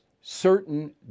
certain